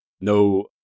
no